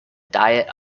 diet